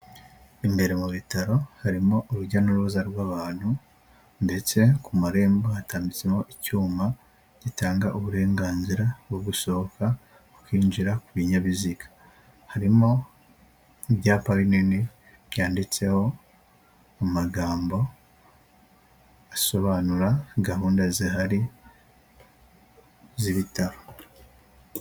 Imbere mu bitaro harimo urujya n'uruza rw'abantu ndetse ku marembo hatanmbitsemo icyuma, gitanga uburenganzira bwo gusohoka no kinjira ku binyabiziga, harimo n'ibyapa binini byanditseho mu magambo asobanura gahunda zihari z'ibitaro.